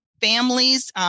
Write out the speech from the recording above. families